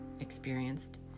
experienced